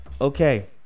okay